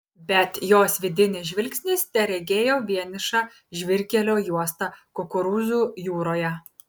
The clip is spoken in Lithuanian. bet jos vidinis žvilgsnis teregėjo vienišą žvyrkelio juostą kukurūzų jūroje